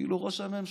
כאילו ראש הממשלה,